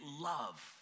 love